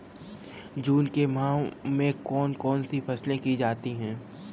जून के माह में कौन कौन सी फसलें की जाती हैं?